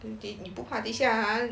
then 你不怕等下 ah